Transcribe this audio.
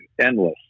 Endless